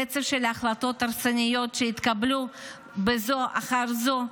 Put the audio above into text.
רצף של החלטות הרסניות שהתקבלו בזו אחר זו,